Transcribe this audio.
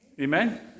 Amen